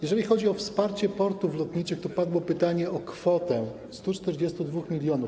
Jeżeli chodzi o wsparcie „Portów Lotniczych”, to padło pytanie o kwotę 142 mln.